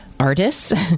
artists